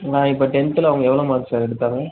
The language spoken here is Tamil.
நான் இப்போ டென்த்தில் அவங்க எவ்வளோ மார்க் சார் எடுத்தாங்க